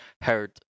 heard